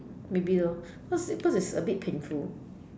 maybe lor because it's because it's a bit painful